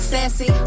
Sassy